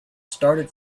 started